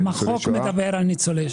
גם החוק מדבר על ניצולי השואה.